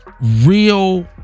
Real